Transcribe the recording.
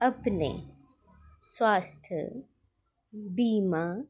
अपने स्वास्थ्य बीमा